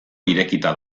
irekita